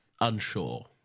unsure